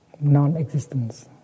non-existence